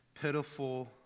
pitiful